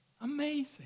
Amazing